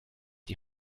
die